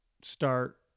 start